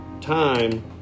time